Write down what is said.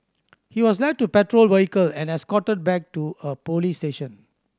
he was led to patrol vehicle and escorted back to a police station